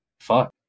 Fuck